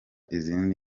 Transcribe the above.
izindi